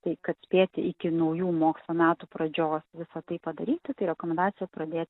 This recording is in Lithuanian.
tai kad spėti iki naujų mokslo metų pradžios visa tai padaryti tai rekomendacija pradėti